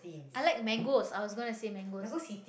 I like mangoes I was gonna say mangoes